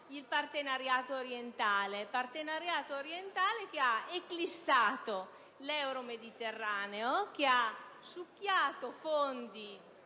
il partenariato orientale, che ha eclissato l'euromediterraneo, ha succhiato fondi